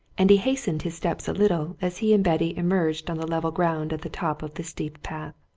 and he hastened his steps a little as he and betty emerged on the level ground at the top of the steep path.